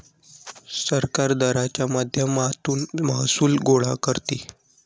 सरकार दराच्या माध्यमातून महसूल गोळा करते